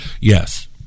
Yes